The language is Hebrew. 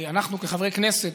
אנחנו כחברי כנסת,